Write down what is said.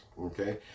okay